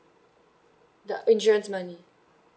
the insurance money